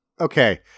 Okay